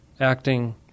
acting